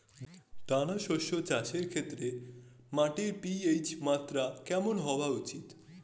দানা শস্য চাষের ক্ষেত্রে মাটির পি.এইচ মাত্রা কেমন হওয়া উচিৎ?